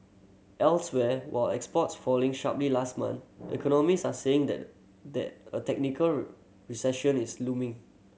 elsewhere were exports falling sharply last month economist are saying that the a technical recession is looming